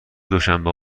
دوشنبه